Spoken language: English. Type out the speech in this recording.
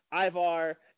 Ivar